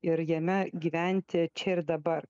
ir jame gyventi čia ir dabar